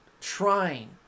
trying